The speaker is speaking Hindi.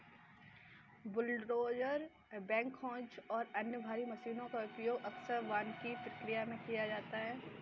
बुलडोजर बैकहोज और अन्य भारी मशीनों का उपयोग अक्सर वानिकी प्रक्रिया में किया जाता है